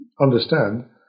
understand